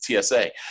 TSA